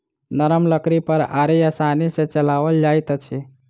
नरम लकड़ी पर आरी आसानी सॅ चलाओल जाइत अछि